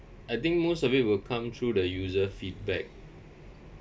I think most of it will come through the user feedback